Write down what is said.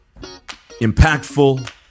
impactful